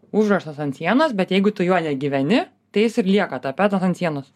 užrašas ant sienos bet jeigu tu juo negyveni tai jis ir lieka tapetas ant sienos